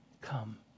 Come